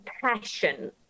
passion